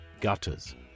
gutters